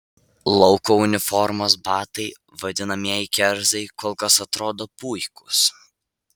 lauko uniformos batai vadinamieji kerzai kol kas atrodo puikūs